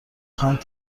میخواهند